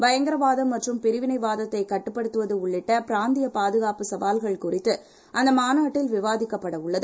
பயங்கரவாதம்மற்றும்பிரிவினைவாதத்தைகட்டுப்படுத்துவதுஉள்ளிட்டபிராந்தியபா துகாப்புசவால்கள்குறித்துஅந்தமாநாட்டில்விவாதிக்கப்படஉள்ளது